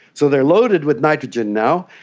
so they are loaded with nitrogen now,